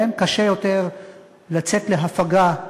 להם קשה יותר לצאת להפגה,